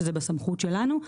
שזה בסמכות שלנו.